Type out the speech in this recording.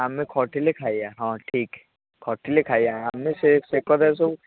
ଆମେ ଖଟିଲେ ଖାଇବା ହଁ ଠିକ୍ ଖଟିଲେ ଖାଇବା ଆମେ ସେ ସେ କଥା ସବୁ